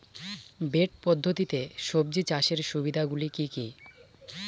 Bed পদ্ধতিতে সবজি চাষের সুবিধাগুলি কি কি?